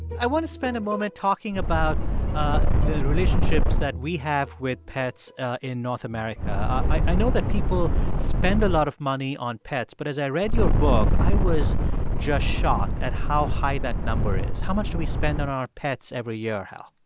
i want to spend a moment talking about the relationships that we have with pets in north america. i i know that people spend a lot of money on pets, but as i read your book, i was just shocked at how high that number is. how much do we spend on our pets every year, hal?